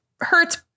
Hurts